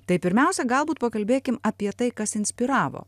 tai pirmiausia galbūt pakalbėkim apie tai kas inspiravo